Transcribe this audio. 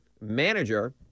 manager